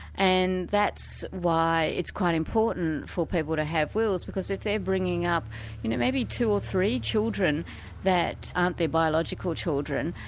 and that's why it's quite important for people to have wills, because if they're bringing up you know maybe two or three children that aren't their biological children,